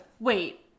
Wait